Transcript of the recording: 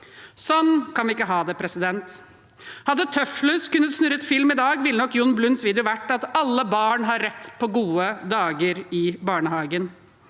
Sånn kan vi ikke ha det. Hadde Tøfflus kunnet snurre film i dag, ville nok Jon Blunds video vært at alle barn har rett på gode dager i barnehagen.